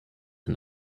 and